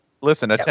Listen